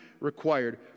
required